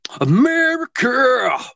America